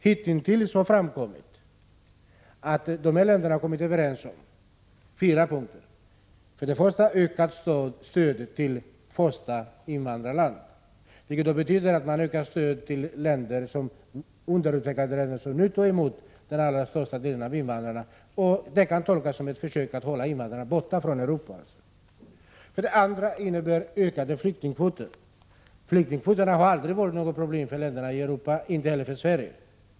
Hittills har framkommit att dessa länder har kommit överens om fyra punkter: För det första gäller det ökat stöd till första invandrarland, vilket betyder att man ökar stödet till underutvecklade länder som nu tar emot den allra största delen av invandrarna. Det kan tolkas som ett försök att hålla invandrarna borta från Europa. För det andra gäller det ökade flyktingkvoter. Flyktingkvoterna har aldrig varit något problem för länderna i Europa — inte heller för Sverige.